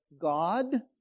God